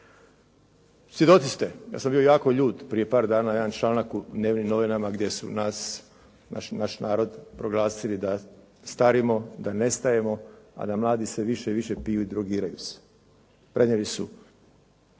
Svjedoci ste, ja sam bio jako ljut prije par dana jedan članak u dnevnim novinama gdje su nas, naš narod proglasili da starimo, da nestajemo, a da mladi sve više i više piju i drogiraju se. Prenijeli su